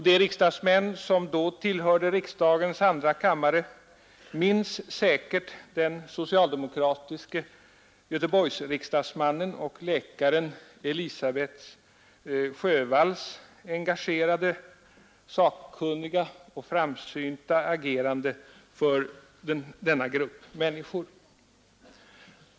De riksdagsmän som då tillhörde andra kammaren minns säkert den socialdemokratiska Göteborgsrepresentanten och läkaren Elisabet Sjövalls engagerade, sakkunniga och framsynta agerande för denna grupp människor.